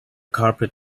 carpet